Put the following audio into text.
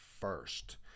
first